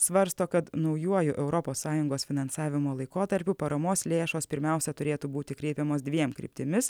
svarsto kad naujuoju europos sąjungos finansavimo laikotarpiu paramos lėšos pirmiausia turėtų būti kreipiamos dviem kryptimis